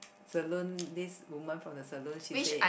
saloon this woman from the saloon she say